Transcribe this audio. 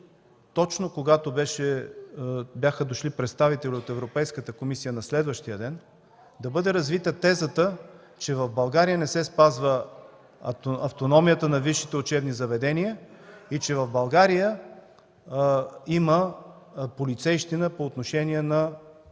точно когато бяха дошли представители от Европейската комисия на следващия ден, че в България не се спазва автономията на висшите учебни заведения и че в България има полицейщина по отношение на